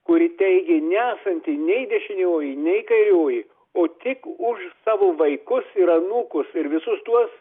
kuri teigė nesanti nei dešinioji nei kairioji o tik už savo vaikus ir anūkus ir visus tuos